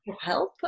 help